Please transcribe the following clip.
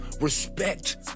respect